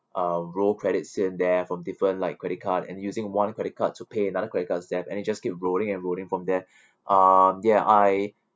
um roll credits in there from different like credit card and using one credit card to pay another credit card's dept and it just keep rolling and rolling from there uh ya I